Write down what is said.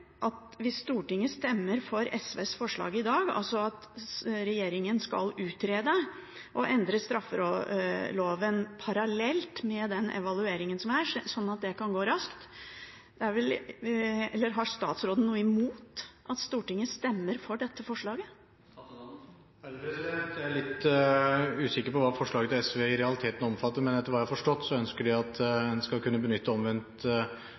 at Stortinget stemmer for SVs forslag i dag, altså at regjeringen skal utrede å endre straffeloven parallelt med den evalueringen som er, sånn at det kan gå raskt? Har statsråden noe imot at Stortinget stemmer for dette forslaget? Jeg er litt usikker på hva forslaget til SV i realiteten omfatter, men etter hva jeg har forstått, ønsker de at en skal kunne benytte omvendt